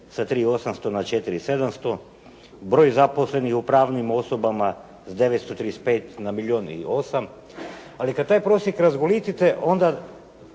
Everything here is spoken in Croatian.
sa 3800 na 4700, broj zaposlenih u pravnim osobama s 935 na milijun i 8. Ali kad taj prosjek razgolitite, onda